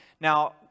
Now